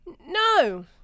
No